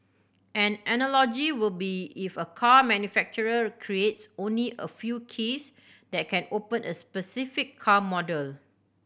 an analogy will be if a car manufacturer creates only a few keys that can open a specific car model